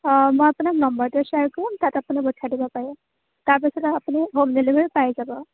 অঁ মই আপোনাক নম্বৰটো শ্বেয়াৰ কৰিম তাত আপুনি পঠিয়াই দিব পাৰে তাৰ পাছতে আপুনি হোম ডেলিভেৰি পাই যাব